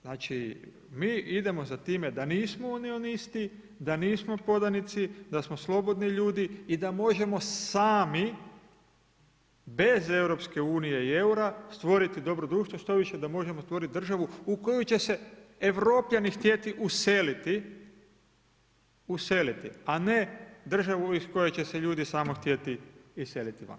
Znači mi idemo za time da nismo unionisti, da nismo podanici, da smo slobodni ljudi i da možemo sami, bez EU i EUR-a stvoriti dobro društvo, štoviše da možemo stvoriti državu u koju će se europljani htjeti useliti, useliti, a ne državu iz koje će se ljudi samo htjeti iseliti van.